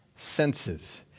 senses